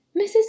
Mrs